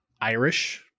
Irish